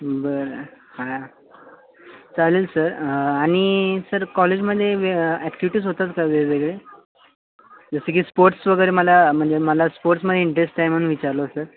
बरं हा चालेल सर आणि सर कॉलेजमध्ये वे ॲक्टिविटीज होतात का वेगवेगळे जसे की स्पोट्स वगैरे मला म्हणजे मला स्पोट्समध्ये इंटरेस्ट आहे म्हणून विचारलं सर